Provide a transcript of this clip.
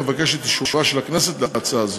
אבקש את אישורה של הכנסת להצעה זו.